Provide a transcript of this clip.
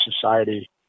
society